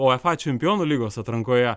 uefa čempionų lygos atrankoje